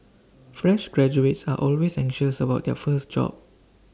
fresh graduates are always anxious about their first job